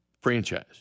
franchise